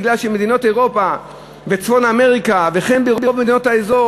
במדינות אירופה וצפון אמריקה וכן ברוב מדינות האזור